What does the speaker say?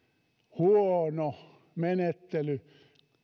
huono menettely